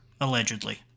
allegedly